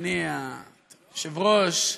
אדוני היושב-ראש,